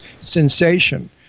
sensation